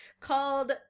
called